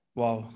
wow